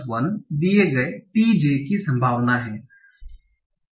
t j की संभावना है